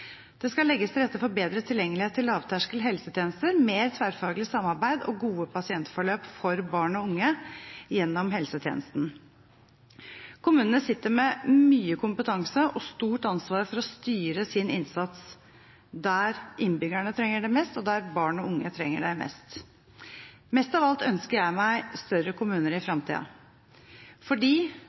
Det skal legges til rette for bedre tilgjengelighet til lavterskelhelsetjenester, mer tverrfaglig samarbeid og gode pasientforløp for barn og unge gjennom helsetjenesten. Kommunene sitter med mye kompetanse og stort ansvar for å styre sin innsats mot der innbyggerne trenger det mest, og mot der barn og unge trenger det mest. Mest av alt ønsker jeg meg større kommuner i